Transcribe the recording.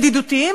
ידידותיים.